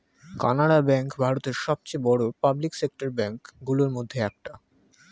Canara bank ভারতের সবচেয়ে বড় পাবলিক সেক্টর ব্যাঙ্ক গুলোর মধ্যে একটা